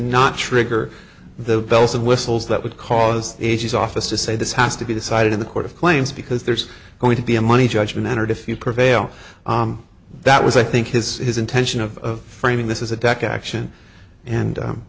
not trigger the bells and whistles that would cause a g s office to say this has to be decided in the court of claims because there's going to be a money judgment entered if you prevail that was i think his his intention of framing this as a deck action and